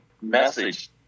message